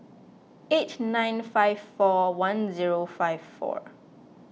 eight nine five four one zero five four